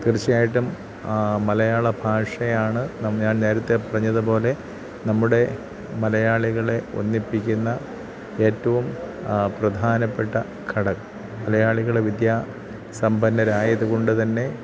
തീർച്ചയായിട്ടും മലയാള ഭാഷയാണ് ഞാൻ നേരത്തെ പറഞ്ഞതുപോലെ നമ്മുടെ മലയാളികളെ ഒന്നിപ്പിക്കുന്ന എറ്റവും പ്രധാനപ്പെട്ട ഘടകം മലയാളികൾ വിദ്യാ സമ്പന്നരായതു കൊണ്ടുതന്നെ